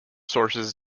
sources